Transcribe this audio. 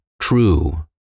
true